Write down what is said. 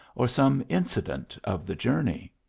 or some incident of the journey.